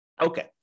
Okay